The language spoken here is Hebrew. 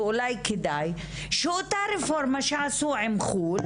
אולי כדאי שאותה רפורמה שעשו עם חו"ל